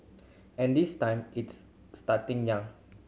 and this time it's starting young